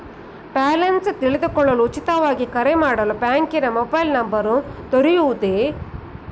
Balance ತಿಳಿದುಕೊಳ್ಳಲು ಉಚಿತವಾಗಿ ಕರೆ ಮಾಡಲು ಬ್ಯಾಂಕಿನ ಮೊಬೈಲ್ ನಂಬರ್ ದೊರೆಯುವುದೇ?